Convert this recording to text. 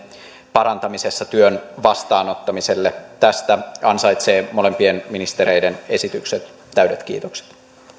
parantamisessa työn vastaanottamiselle tästä ansaitsevat molempien ministereiden esitykset täydet kiitokset